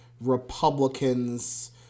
Republicans